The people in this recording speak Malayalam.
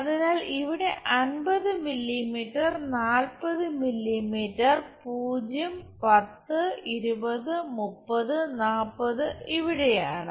അതിനാൽ ഇതാണ് 50 മില്ലീമീറ്റർ 40 മില്ലീമീറ്റർ 0 10 20 30 40 ഇവിടെയാണ്